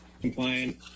compliant